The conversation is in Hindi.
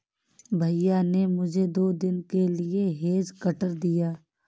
भैया ने मुझे दो दिन के लिए हेज कटर दिया है